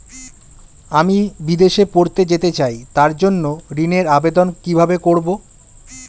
আমি বিদেশে পড়তে যেতে চাই তার জন্য ঋণের আবেদন কিভাবে করব?